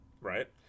right